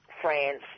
France